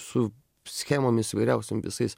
su schemomis įvairiausiom visais